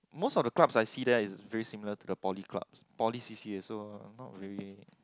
most of the clubs I see there is very similar to the poly club poly C_C_A so not very